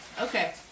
Okay